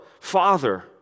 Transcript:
Father